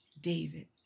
David